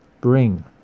bring